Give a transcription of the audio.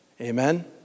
Amen